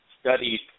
studied